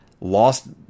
lost